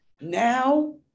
now